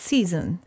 Season